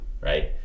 right